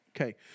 Okay